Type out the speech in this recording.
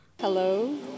Hello